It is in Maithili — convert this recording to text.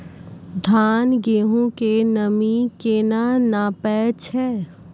धान, गेहूँ के नमी केना नापै छै?